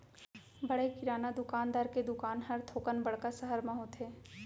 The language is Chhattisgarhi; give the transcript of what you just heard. बड़े किराना दुकानदार के दुकान हर थोकन बड़का सहर म होथे